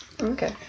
Okay